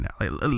now